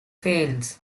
fields